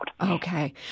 Okay